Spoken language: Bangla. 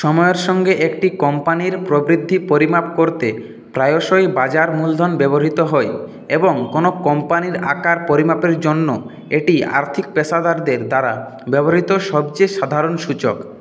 সময়ের সঙ্গে একটি কোম্পানির প্রবৃদ্ধি পরিমাপ করতে প্রায়শই বাজার মূলধন ব্যবহৃত হয় এবং কোনও কোম্পানির আকার পরিমাপের জন্য এটি আর্থিক পেশাদারদের দ্বারা ব্যবহৃত সবচেয়ে সাধারণ সূচক